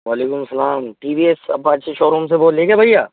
وعلیکم السلام T V S اباچی شوروم سے بول رہے ہیں کیا بھیا